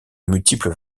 multiples